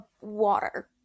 water